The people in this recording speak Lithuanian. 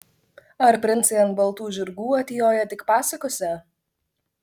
ar princai ant baltų žirgų atjoja tik pasakose